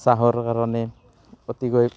চাহৰ কাৰণে অতিকৈ